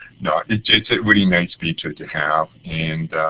no, it's it's a really nice feature to have. and